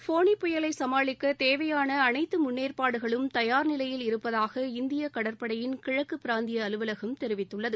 ஃபோனி புயலை சமாளிக்க தேவையான அனைத்து முன்னேற்பாடுகளும் தயார் நிலையில் இருப்பதாக இந்திய கடற்படையின் கிழக்கு பிராந்திய அலுவலகம் தெரிவித்துள்ளது